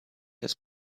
his